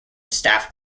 staff